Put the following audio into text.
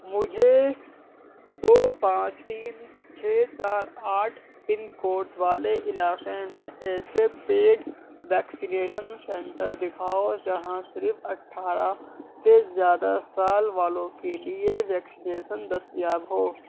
مجھے دو پانچ تین چھ چار آٹھ پن کوڈ والے علاقے میں ایسے پیڈ ویکسینیشن سینٹر دکھاؤ جہاں صرف اٹھارہ سے زیادہ سال والوں کے لیے ویکسینیشن دستیاب ہو